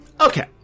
okay